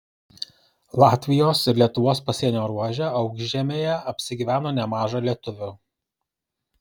latvijos ir lietuvos pasienio ruože aukšžemėje apsigyveno nemaža lietuvių